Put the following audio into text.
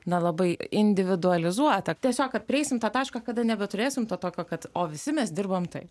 nelabai individualizuota tiesiog kad prieisim tą tašką kada nebeturėsim tokio kad o visi mes dirbam taip